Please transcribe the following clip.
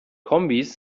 kombis